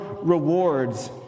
rewards